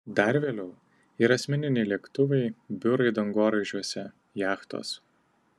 dar vėliau ir asmeniniai lėktuvai biurai dangoraižiuose jachtos